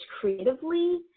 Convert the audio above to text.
creatively